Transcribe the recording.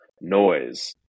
noise